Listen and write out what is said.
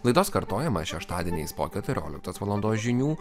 laidos kartojimą šeštadieniais po keturioliktos valandos žinių